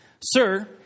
Sir